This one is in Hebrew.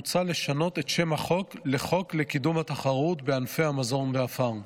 מוצע לשנות את שם החוק ל"חוק לקידום התחרות בענפי המזון והפארם".